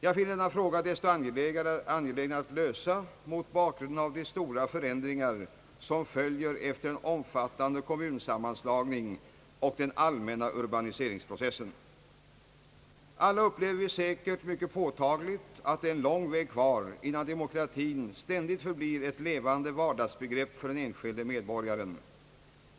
Jag finner att det är desto angelägnare att lösa denna fråga mot bakgrunden av de stora förändringar, som följer efter en omfattande kommunsammanslagning och den allmänna urbaniseringsprocessen. Alla upplever vi säkert mycket påtagligt, att det är lång väg kvar, innan demokratin ständigt förblir ett levande vardagsbegrepp för den enskilde medborgaren.